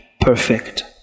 perfect